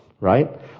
Right